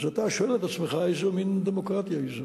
אז אתה שואל את עצמך איזה מין דמוקרטיה היא זו.